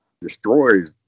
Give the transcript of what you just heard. destroys